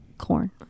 corn